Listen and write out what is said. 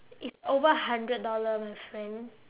it's over a hundred dollar my friend